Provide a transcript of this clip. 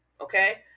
okay